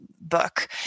book